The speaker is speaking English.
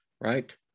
right